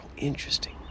interesting